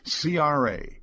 CRA